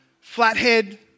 flathead